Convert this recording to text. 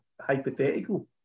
hypothetical